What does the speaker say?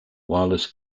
wireless